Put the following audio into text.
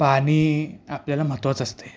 पाणी आपल्याला महत्त्वाचं असतंय